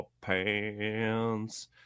pants